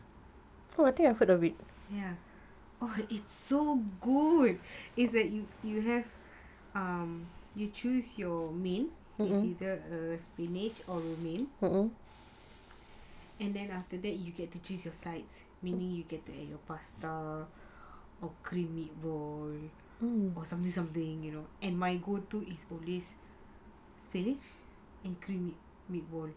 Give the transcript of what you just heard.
!wah! it's so good it's like you you have um you choose your main it's either spinach or romaine and then after that you get to choose your sides meaning you get to add your pasta or cream meatball or something something you know and my go to is always spinach and cream meatball